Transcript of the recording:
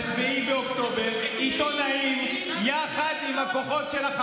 עיתונאים הם מחבלים?